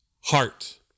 heart